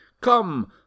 COME